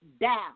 down